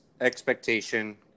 expectation